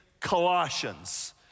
Colossians